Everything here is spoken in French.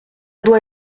doit